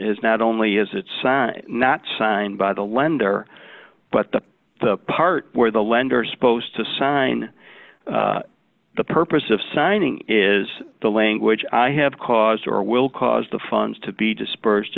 is not only is it signed not signed by the lender but the part where the lender are supposed to sign the purpose of signing is the language i have caused or will cause the funds to be dispersed